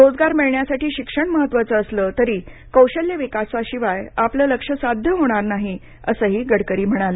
रोजगार मिळण्यासाठी शिक्षण महत्वाचं असलं तरी कौशल्यविकासाशिवाय आपलं लक्ष्य साध्य होणार होणार नाही असंही गडकरी म्हणाले